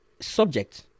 subject